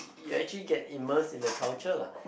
you actually get immersed in the culture